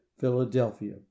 Philadelphia